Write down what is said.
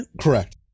Correct